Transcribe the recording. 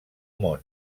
món